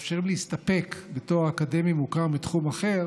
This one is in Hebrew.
שמאפשרים להסתפק בתואר אקדמי מוכר מתחום אחר